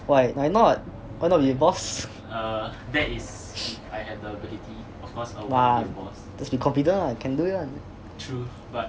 why why not why not you boss !wah! just be confident lah can do it [one]